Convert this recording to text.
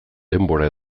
denbora